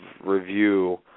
review